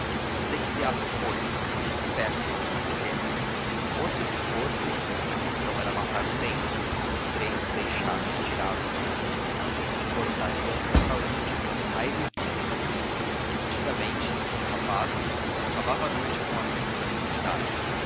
não sei que teatro foi nem que peça nem que gênero fosse o que fosse a questão era matar o tempo e os três o deixaram estirado no chão foram dali a um restaurant aires disse-lhes que antigamente em rapaz acabava a noite com amigos da mesma idade